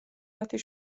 მათი